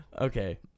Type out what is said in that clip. Okay